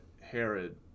Herod